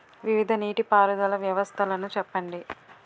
వివిధ నీటి పారుదల వ్యవస్థలను చెప్పండి?